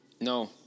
No